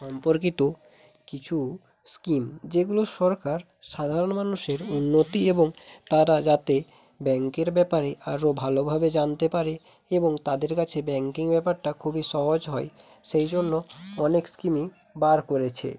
সম্পর্কিত কিছু স্কিম যেগুলো সরকার সাধারণ মানুষের উন্নতি এবং তারা যাতে ব্যাঙ্কের ব্যাপারে আরো ভালোভাবে জানতে পারে এবং তাদের কাছে ব্যাঙ্কিং ব্যাপারটা খুবই সহজ হয় সেই জন্য অনেক স্কিমই বার করেছে